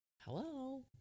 Hello